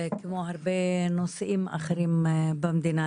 כמו הרבה נושאים אחרים במדינה,